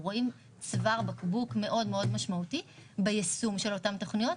רואים צוואר בקבוק מאוד משמעותי ביישום של אותם תוכניות,